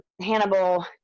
Hannibal